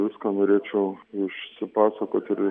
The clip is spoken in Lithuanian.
viską norėčiau išsipasakoti ir